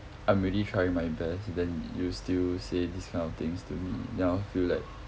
I'm already trying my best then you still say this kind of things to me then I'll feel like